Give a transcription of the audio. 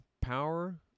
power